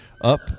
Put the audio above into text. up